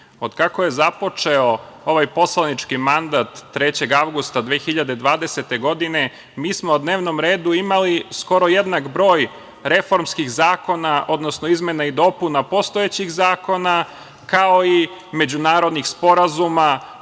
otkako je započeo ovaj poslanički mandat 3. avgusta 2020. godine mi smo na dnevnom redu imali skoro jednak broj reformskih zakona, odnosno izmena i dopuna postojećih zakona, kao i međunarodnih sporazuma